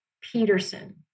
Peterson